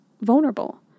vulnerable